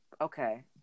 Okay